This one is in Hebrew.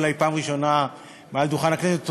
אולי פעם ראשונה מעל דוכן הכנסת,